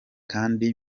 kandi